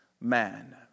man